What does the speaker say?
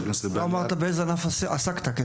לא אמרת באיזה ענף עסקת.